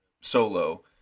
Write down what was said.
solo